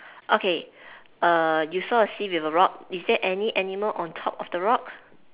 okay err you saw a sea with a rock is there any animal on top of the rock